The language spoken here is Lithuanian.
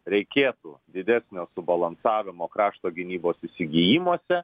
reikėtų didesnio subalansavimo krašto gynybos įsigijimuose